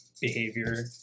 behavior